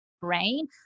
brain